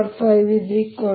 xxxxyyzzr5mxxr3 3m